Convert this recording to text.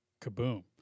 kaboom